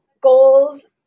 goals